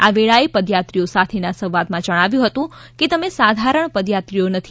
આ વેળાએ પદયાત્રીઓ સાથેના સંવાદમાં જણાવ્યું હતું કે તમે સાધારણ પદયાત્રીઓ નથી